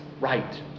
right